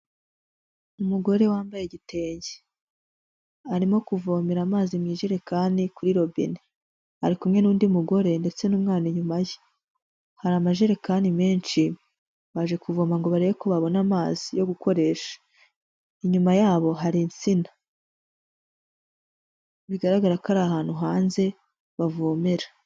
Umugore wambaye igitenge, arimo kuvomera amazi mu ijerekani kuri robine, ari kumwe n'undi mugore ndetse n'umwana inyuma ye, hari amajerekani menshi baje kuvoma ngo barebe ko babona amazi yo gukoresha, inyuma yabo hari insina, bigaragara ko ari ahantu hanze bavomera.